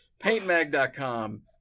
paintmag.com